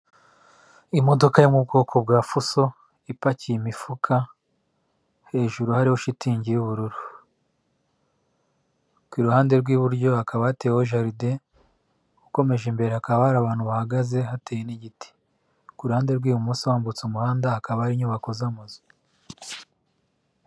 Imodoka yo mu bwoko bwa fuso ipakiye imifuka, hejuru shitingi y'ubururu. Ku ruhande rw'iburyo hakaba hateyeho jaride, ukomeje imbere hakaba hari abantu bahagaze, hateye n'igiti, ku ruhande rw'ibumoso wambutse umuhanda hakaba hari inyubako z'amazu.